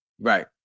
Right